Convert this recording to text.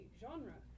genre